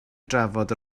drafod